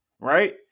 right